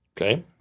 Okay